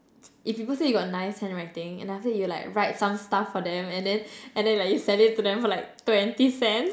if people say you got nice handwriting and after you'll like write some stuff for them and then and then like you sell it to them for like twenty cents